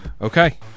Okay